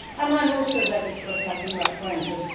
i'm i'm also ready for a second referendum.